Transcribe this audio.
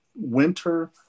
winter